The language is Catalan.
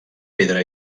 pedra